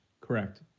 Correct